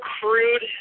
crude